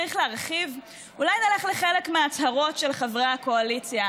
שאנחנו מכירים את ההצהרות של חלק מחבריה,